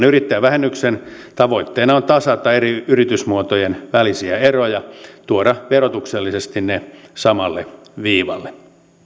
yrittäjävähennyksen tavoitteena on tasata eri yritysmuotojen välisiä eroja tuoda verotuksellisesti ne samalle viivalle